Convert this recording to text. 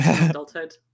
adulthood